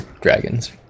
dragons